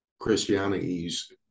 Christianity's